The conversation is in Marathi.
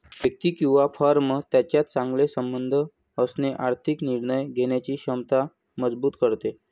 व्यक्ती किंवा फर्म यांच्यात चांगले संबंध असणे आर्थिक निर्णय घेण्याची क्षमता मजबूत करते